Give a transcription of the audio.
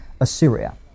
Assyria